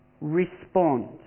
respond